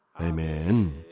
Amen